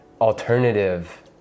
alternative